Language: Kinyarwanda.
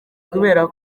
kubera